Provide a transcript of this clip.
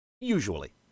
Usually